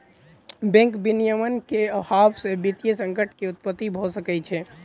bank विनियमन के अभाव से वित्तीय संकट के उत्पत्ति भ सकै छै